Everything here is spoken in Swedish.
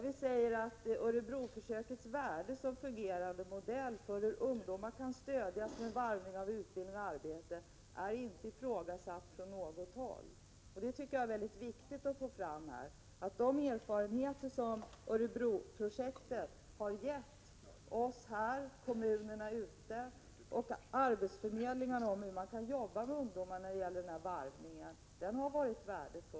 Vi skriver följande: ”Örebroförsökets värde som fungerande modell för hur ungdomar kan stödjas med varvning av utbildning och arbete är inte ifrågasatt från något håll.” Det är viktigt att poängtera att den erfarenhet som Örebroprojektet har gett oss här, kommunerna och arbetsförmedlingarna om hur man kan utnyttja varvningen har varit värdefull.